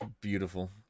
Beautiful